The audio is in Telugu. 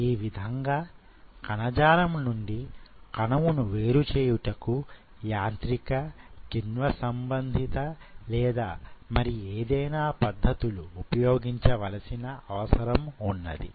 ఈ విధంగా కణజాలము నుండి కణమును వేరు చేయుటకు యాంత్రిక కిణ్వం సంబంధిత లేదా మరి ఏదైనా పద్ధతులు ఉపయోగించ వలసిన అవసరం ఉన్నది